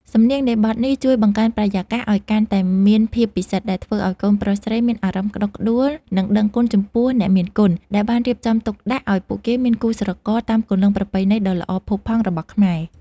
សំនៀងនៃបទនេះជួយបង្កើនបរិយាកាសឱ្យកាន់តែមានភាពពិសិដ្ឋ ដែលធ្វើឱ្យកូនប្រុសស្រីមានអារម្មណ៍ក្តុកក្តួល និងដឹងគុណចំពោះអ្នកមានគុណ ដែលបានរៀបចំទុកដាក់ឱ្យពួកគេមានគូស្រករតាមគន្លងប្រពៃណីដ៏ល្អផូរផង់របស់ខ្មែរ។